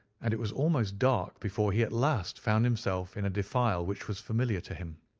and it was almost dark before he at last found himself in a defile which was familiar to him.